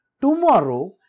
tomorrow